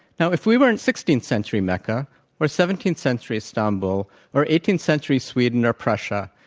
now, if we were in sixteenth century mecca or seventeenth century istanbul or eighteenth century sweden or prussia,